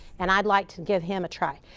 and i'd like to give him a try.